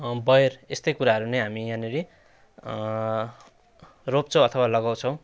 बयर यस्तै कुराहरू नै हामी यहाँनिर रोप्छौँ अथवा लगाउँछौँ